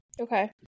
Okay